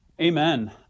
Amen